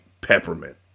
peppermint